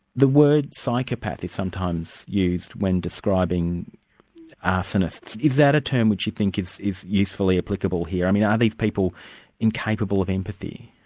the word psychopath is sometimes used when describing arsonists. is that a term which you think is usefully applicable here? i mean are these people incapable of empathy?